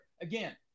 again